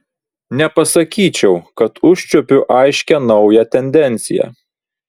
nepasakyčiau kad užčiuopiu aiškią naują tendenciją